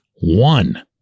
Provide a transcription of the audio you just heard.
one